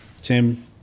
Tim